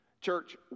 church